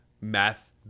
math